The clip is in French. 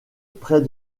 près